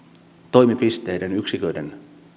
toimipisteiden yksiköiden